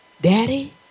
Daddy